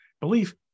belief